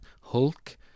Hulk